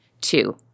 Two